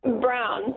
brown